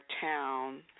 town